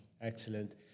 Excellent